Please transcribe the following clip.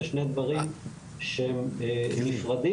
זה שני דברים שהם נפרדים.